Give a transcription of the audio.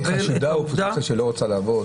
העובדה --- היא חשודה בזה שהיא לא רוצה לעבוד?